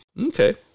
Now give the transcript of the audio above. Okay